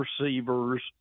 receivers